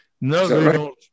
No